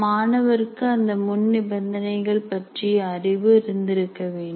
மாணவர்க்கு அந்த முன்நிபந்தனைகள் பற்றிய அறிவு இருந்திருக்க வேண்டும்